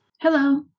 Hello